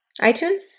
iTunes